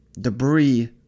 debris